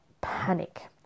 panic